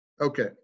Okay